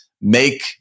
make